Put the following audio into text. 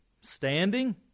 standing